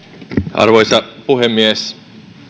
arvoisa puhemies